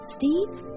Steve